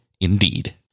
Indeed